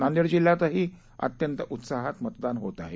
नांदेड जिल्ह्यातही अत्यंत उत्साहात मतदान होत आहे